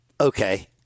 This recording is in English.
Okay